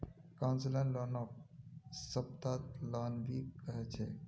concessional लोनक soft loan भी कह छे